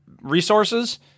resources